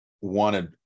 wanted